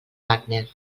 wagner